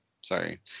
Sorry